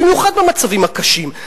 במיוחד במצבים הקשים.